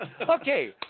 Okay